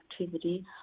activity